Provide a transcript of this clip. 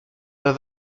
byl